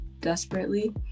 desperately